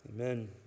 amen